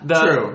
True